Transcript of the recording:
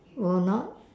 will not